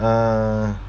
uh